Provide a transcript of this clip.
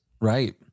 Right